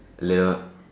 little